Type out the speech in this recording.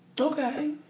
Okay